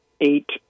eight